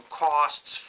costs